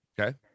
Okay